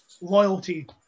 loyalty